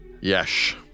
Yes